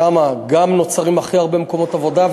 שם גם נוצרים הכי הרבה מקומות עבודה,